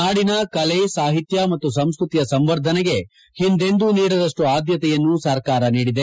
ನಾಡಿನ ಕಲೆ ಸಾಹಿತ್ಯ ಮತ್ತು ಸಂಸ್ಕೃತಿಯ ಸಂವರ್ಧನೆಗೆ ಹಿಂದೆಂದೂ ನೀಡದಷ್ಟು ಆಧ್ಯತೆಯನ್ನು ಸರ್ಕಾರ ನೀಡಿದೆ